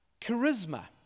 charisma